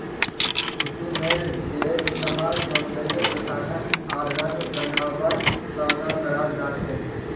कुसुमेर तेलेर इस्तमाल सौंदर्य प्रसाधन आर रंग बनव्वार त न कराल जा छेक